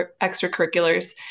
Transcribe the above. extracurriculars